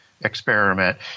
experiment